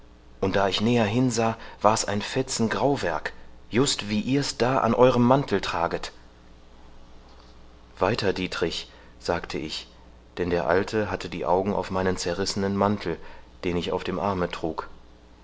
und da ich näher hinsah war's ein fetzen grauwerk just wie ihr's da an euerem mantel traget weiter dieterich sagte ich denn der alte hatte die augen auf meinen zerrissenen mantel den ich auf dem arme trug